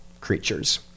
creatures